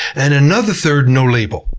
and another third, no label.